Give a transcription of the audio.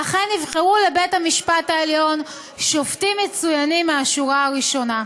ואכן נבחרו לבית-המשפט העליון שופטים מצוינים מהשורה הראשונה.